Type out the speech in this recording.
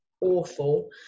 awful